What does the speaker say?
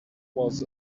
was